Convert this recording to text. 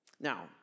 Now